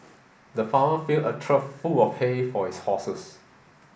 the farmer filled a trough full of hay for his horses